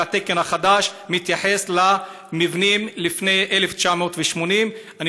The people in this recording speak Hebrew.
והתקן החדש מתייחס למבנים לפני 1980. אני